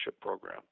program